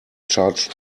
charge